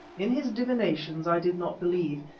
in his divinations i did not believe,